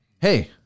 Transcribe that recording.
Hey